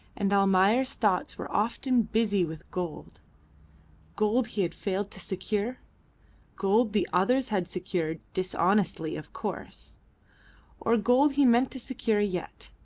and almayer's thoughts were often busy with gold gold he had failed to secure gold the others had secured dishonestly, of course or gold he meant to secure yet,